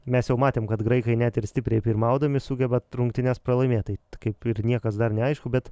mes jau matėm kad graikai net ir stipriai pirmaudami sugeba rungtynes pralaimėt tai kaip ir niekas dar neaišku bet